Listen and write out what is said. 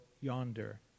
yonder